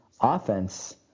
offense